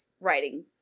writing